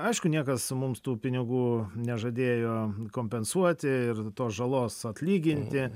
aišku niekas mums tų pinigų nežadėjo kompensuoti ir tos žalos atlyginti